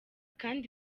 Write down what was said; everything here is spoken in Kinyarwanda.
kandi